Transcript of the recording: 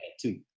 two